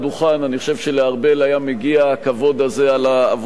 אני חושב שלארבל היה מגיע הכבוד הזה על העבודה שהיא עשתה.